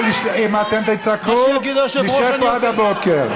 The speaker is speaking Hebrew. אם אתם תצעקו, נשב פה עד הבוקר.